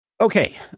Okay